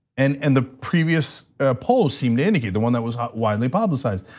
and and the previous poll seemed to indicate, the one that was widely publicized.